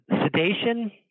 sedation